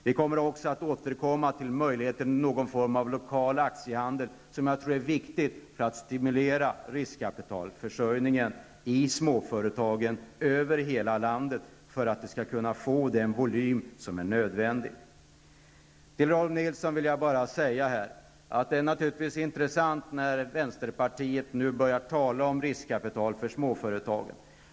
Vi kommer också att återkomma med förslag om någon form av lokal aktiehandel, som jag tror är viktigt för att stimulera riskkapitalförsörjningen i småföretagen över hela landet, för att de skall få den volym som är nödvändig. Till Rolf L Nilson vill jag säga att det naturligtvis är intressant när vänsterpartiet nu börjar tala om riskkapital för småföretagen.